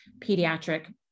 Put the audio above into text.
pediatric